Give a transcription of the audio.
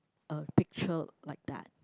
a picture like that